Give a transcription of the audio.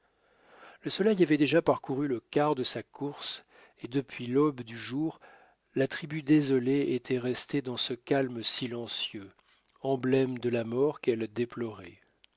le soleil avait déjà parcouru le quart de sa course et depuis l'aube du jour la tribu désolée était restée dans ce calme silencieux emblème de la mort qu'elle déplorait